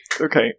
Okay